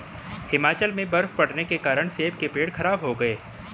हिमाचल में बर्फ़ पड़ने के कारण सेब के पेड़ खराब हो गए